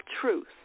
truth